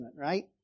right